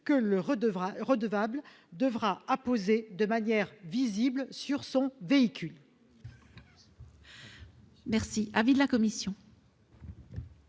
que le redevable devra apposer de manière visible sur son véhicule.